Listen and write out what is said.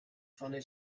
funny